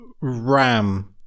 ram